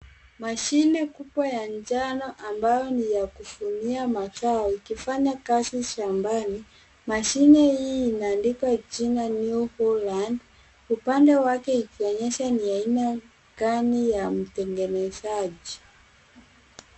Mashine kubwa ya njano ambayo ni ya kuvunia matawi, ikifanya kazi shambani. Mashine hii ime andikwa jina New Holand , upande wake ikionyesha ni aina gani ya mtengenezaji.